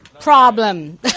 problem